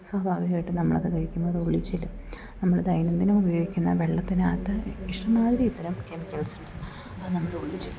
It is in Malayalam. സ്വാഭാവികായിട്ടും നമ്മൾ അത് കഴിക്കുമ്പോൾ അത് ഉള്ളിൽ ചെല്ലും നമ്മൾ ദൈനംദിനം ഉപയോഗിക്കുന്ന വെള്ളത്തിനകത്ത് ഇഷ്ടം മാതിരി ഇത്തരം കെമിക്കൽസ് ഉണ്ട് അത് നമ്മുടെ ഉള്ളിൽ ചെല്ലും